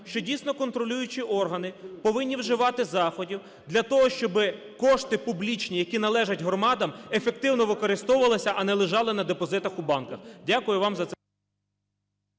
що, дійсно, контролюючі органи повинні вживати заходів для того, щоби кошти публічні, які належать громадам, ефективно використовувалися, а не лежали на депозитах у банках. Дякую вам за це…